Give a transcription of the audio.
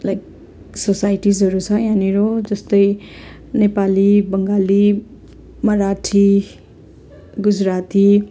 like सोसाइटिसहरू छ यहाँनिर जस्तै नेपाली बङ्गाली मराठी गुजराती